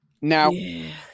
Now